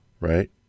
right